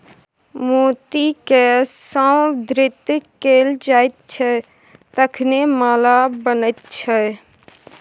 मोतीकए संवर्धित कैल जाइत छै तखने माला बनैत छै